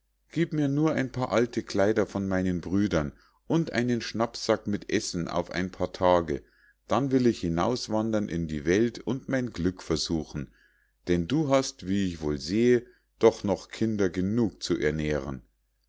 gieb mir nur ein paar alte kleider von meinen brüdern und einen schnappsack mit essen auf ein paar tage dann will ich hinauswandern in die welt und mein glück versuchen denn du hast wie ich wohl sehe doch noch kinder genug zu ernähren